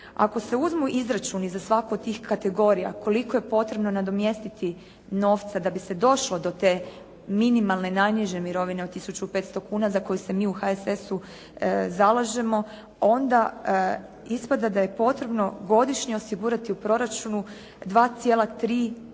Ako se uzmu izračuni za svaku od tih kategorija koliko je potrebno nadomjestiti novca da bi se došlo do te minimalne najniže mirovine od 1.500,00 kuna za koju se mi u HSS-u zalažemo, onda ispada da je potrebno godišnje osigurati u proračunu 2,3